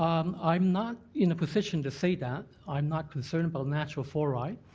um i'm not in a position to say that. i'm not concerned about natural fluoride.